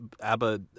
ABBA